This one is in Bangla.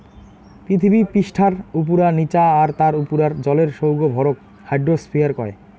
পিথীবি পিষ্ঠার উপুরা, নিচা আর তার উপুরার জলের সৌগ ভরক হাইড্রোস্ফিয়ার কয়